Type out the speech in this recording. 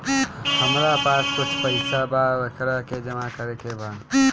हमरा पास कुछ पईसा बा वोकरा के जमा करे के बा?